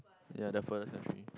ya the furthest country